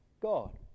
God